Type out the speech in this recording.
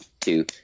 two